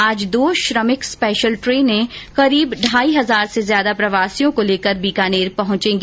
आज दो श्रमिक स्पेशल ट्रेने करीब ढाई हजार से ज्यादा प्रवासियों को लेकर बीकानेर पहुंचेगी